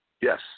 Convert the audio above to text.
Yes